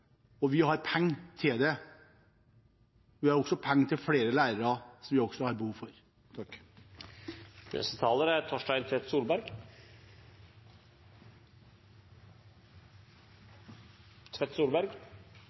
– og vi har penger til det. Vi har også penger til flere lærere, som vi også har behov for. Det har vært interessant å høre på debatten. Det virker som at alle er